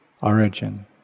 origin